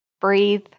breathe